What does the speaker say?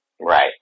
Right